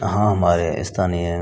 हाँ हमारे स्थानीय